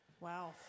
Wow